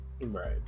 right